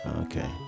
Okay